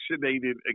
vaccinated